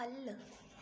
ख'ल्ल